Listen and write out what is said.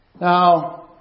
Now